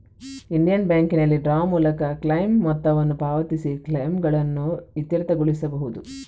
Indian ಬ್ಯಾಂಕಿನಲ್ಲಿ draw ಮೂಲಕ claim ಮೊತ್ತವನ್ನು ಪಾವತಿಸಿ ಕ್ಲೈಮುಗಳನ್ನು ಇತ್ಯರ್ಥಗೊಳಿಸಬಹುದು